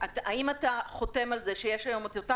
האם אתה חותם על זה שיש היום את אותה